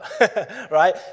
right